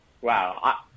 Wow